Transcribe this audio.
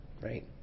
Right